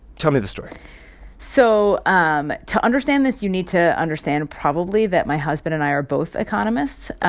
tell me the story so um to understand this, you need to understand, probably, that my husband and i are both economists. ok.